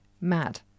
mad